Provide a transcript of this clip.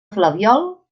flabiol